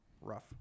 Rough